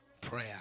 prayer